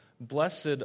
Blessed